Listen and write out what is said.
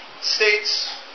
states